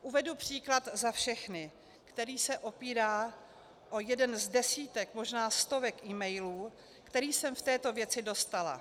Uvedu příklad za všechny, který se opírá o jeden z desítek, možná stovek emailů, které jsem v této věci dostala.